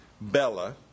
Bella